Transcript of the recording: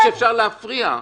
אבל זה לא אומר שאפשר להפריע.